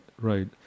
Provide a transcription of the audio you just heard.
right